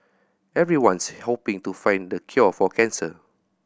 everyone's hoping to find the cure for cancer